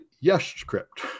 Yes-script